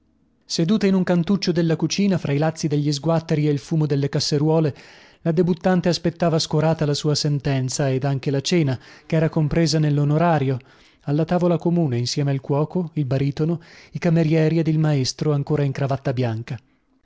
seduta in un cantuccio della cucina fra i lazzi degli sguatteri e il fumo delle casseruole la debuttante aspettava scorata la sua sentenza ed anche la cena chera compresa nellonorario alla tavola comune insieme al cuoco il baritono i camerieri ed il maestro ancora in cravatta bianca